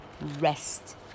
rest